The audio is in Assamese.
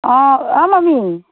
অঁ অ' মমী